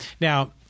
Now